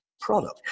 product